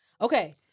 Okay